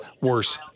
worse